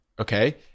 Okay